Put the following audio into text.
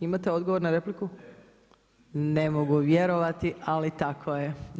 Imate odgovor na repliku? [[Upadica: Ne.]] Ne mogu vjerovati, ali tako je.